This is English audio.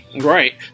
right